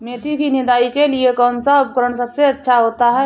मेथी की निदाई के लिए कौन सा उपकरण सबसे अच्छा होता है?